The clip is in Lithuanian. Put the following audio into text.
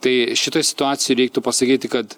tai šitoj situacijoj reiktų pasakyti kad